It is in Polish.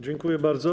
Dziękuję bardzo.